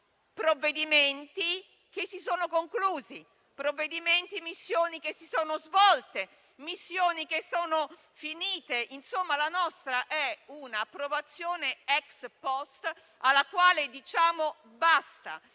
provvedimenti che si sono conclusi, missioni che si sono svolte, che sono finite. Insomma, la nostra è un'approvazione *ex post,* alla quale diciamo basta.